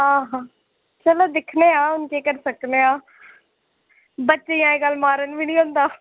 आं हां चलो दिक्खने आं हुन केह् करी सकने आं बच्चे गी अज्ज कल्ल मारन बी नी होंदा